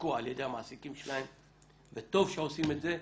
שנעשקו על ידי המעסיקים שלהם, וטוב שעושים את זה.